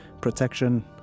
Protection